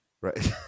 right